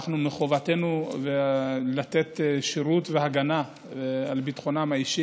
מחובתנו לתת שירות והגנה לביטחונם האישי